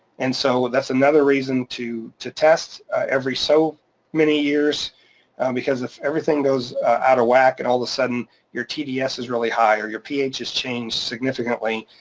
and so that's another reason to to test every so many years because if everything goes out of whack and all of a sudden your tds is really high or your ph has changed significantly,